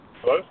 Hello